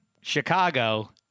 Chicago